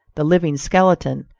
the living skeleton,